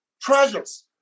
treasures